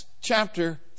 chapter